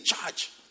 charge